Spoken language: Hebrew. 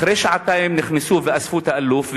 אחרי שעתיים נכנסו ואספו את האלוף,